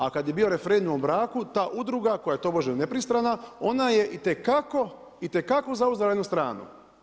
A kad je bio referendum o braku, ta udruga, koja je to možda i nepristrana, ona je itekako zauzela jednu stranu.